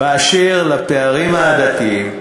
באשר לפערים העדתיים,